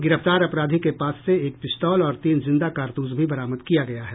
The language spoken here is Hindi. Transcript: गिरफ्तार अपराधी के पास से एक पिस्तौल और तीन जिंदा कारतूस भी बरामद किया गया है